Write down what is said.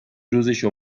روزشو